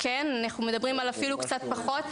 אנחנו מדברים על אפילו קצת פחות.